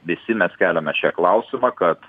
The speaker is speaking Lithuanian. visi mes keliame šią klausimą kad